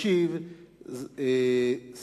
הצעות לסדר-היום מס'